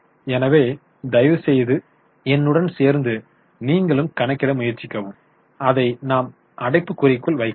எனவே தயவுசெய்து என்னுடன் சேர்ந்து நீங்களும் கணக்கிட முயற்சிக்கவும் அதை நாம் அடைப்புக்குறிக்குள் வைக்கலாம்